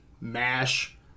MASH